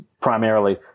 primarily